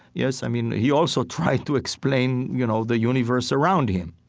yes. i mean, he also tried to explain you know the universe around him,